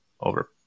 over